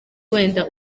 wenda